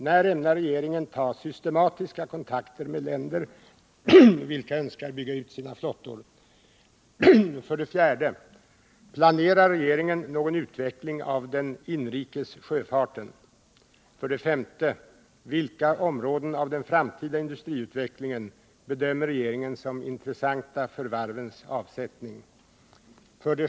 När ämnar regeringen ta systematiska kontakter med länder vilka önskar bygga ut sina flottor? 5. Vilka områden av den framtida industriutvecklingen bedömer regeringen som intressanta för varvens avsättning?